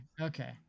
Okay